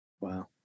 Wow